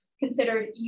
considered